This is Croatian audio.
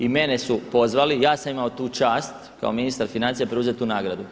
I mene su pozvali, ja sam imao tu čast kao ministar financija preuzeti tu nagradu.